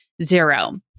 Zero